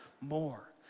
more